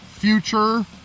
future